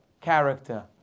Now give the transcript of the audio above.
character